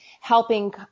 helping